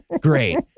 Great